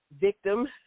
victim